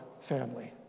family